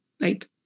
right